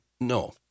No